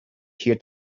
here